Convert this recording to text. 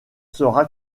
sera